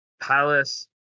Palace